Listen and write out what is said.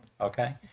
okay